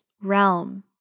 realm